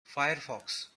firefox